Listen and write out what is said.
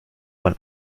von